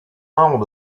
membres